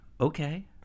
okay